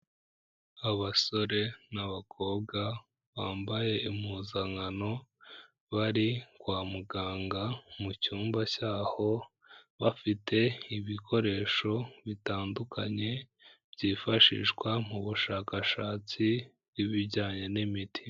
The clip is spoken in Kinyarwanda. Abasore n'abakobwa bambaye impuzankano bari kwa muganga mu cyumba cyaho, bafite ibikoresho bitandukanye byifashishwa mu bushakashatsi bw'ibijyanye n'imiti.